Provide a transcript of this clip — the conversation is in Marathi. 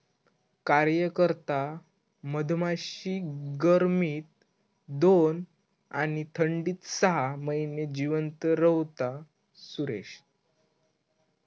कार्यकर्ता मधमाशी गर्मीत दोन आणि थंडीत सहा महिने जिवंत रव्हता, सुरेश